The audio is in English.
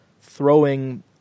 throwing